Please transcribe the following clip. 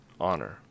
honor